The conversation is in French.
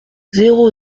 zéro